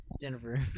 Jennifer